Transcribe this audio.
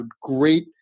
great